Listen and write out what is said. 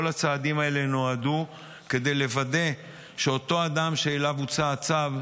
כל הצעדים האלה נועדו לוודא שאותו אדם שהוצא לו הצו,